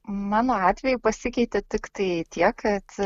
mano atveju pasikeitė tiktai tiek kad